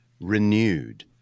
renewed